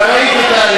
כבר ראיתי תאריכים.